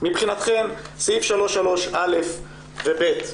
מבחינתכם סעיף 3.3 א' ו-ב'